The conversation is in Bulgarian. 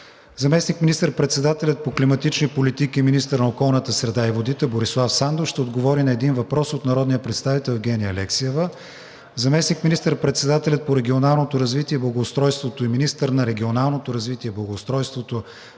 заместник министър-председателят по климатични политики и министър на околната среда и водите Борислав Сандов ще отговори на един въпрос от народния представител Евгения Алексиева; - заместник министър-председателят по регионалното развитие и благоустройството и министър на регионалното развитие и благоустройството